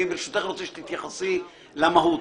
אני מבקש שתתייחסי למהות.